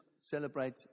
celebrate